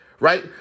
Right